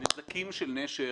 הנזקים של נשר,